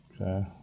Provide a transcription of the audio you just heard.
Okay